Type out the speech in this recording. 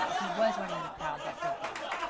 he was riding in a crowd that did that.